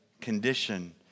condition